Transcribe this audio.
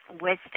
wisdom